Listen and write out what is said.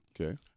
Okay